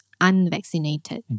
unvaccinated